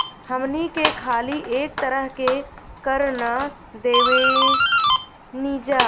हमनी के खाली एक तरह के कर ना देबेनिजा